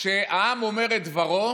כשהעם אומר את דברו